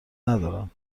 ندارم